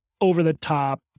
over-the-top